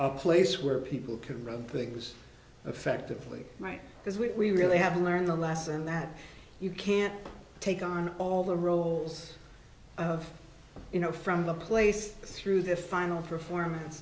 a place where people can run things effectively might because we really haven't learned the lesson that you can't take on all the roles of you know from the place through the final performance